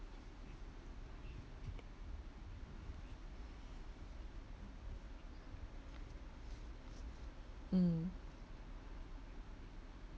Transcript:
mm